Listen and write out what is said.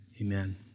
Amen